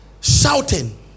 shouting